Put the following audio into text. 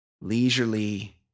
leisurely